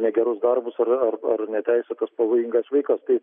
negerus darbus ar ar ar neteisėtas pavojingas veikas tai